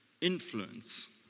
influence